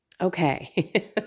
Okay